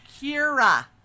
Kira